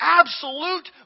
absolute